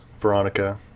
Veronica